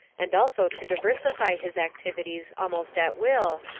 and also to diversify his activities almost at will,